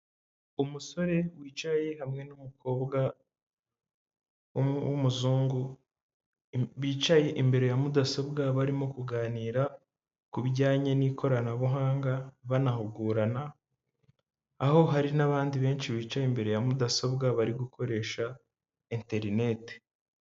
Umusore wicaye hamwe n'umukobwa w'umuzungu, bicaye imbere ya mudasobwa, barimo kuganira ku bijyanye n'ikoranabuhanga banahugurana, aho hari n'abandi benshi bicaye imbere ya mudasobwa bari gukoresha interinete.